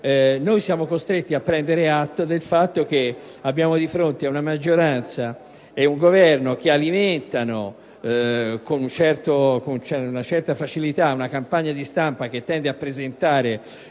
Siamo costretti a prendere atto che siamo di fronte ad una maggioranza e a un Governo che alimentano con una certa facilità una campagna di stampa che tende a presentare